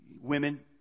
Women